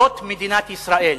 זאת מדינת ישראל.